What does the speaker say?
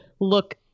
look